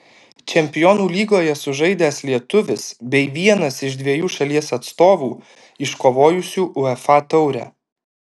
čempionų lygoje sužaidęs lietuvis bei vienas iš dviejų šalies atstovų iškovojusių uefa taurę